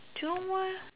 Jurong West